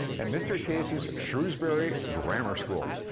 and mr. case's shrewsbury grammar school,